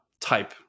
type